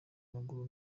maguru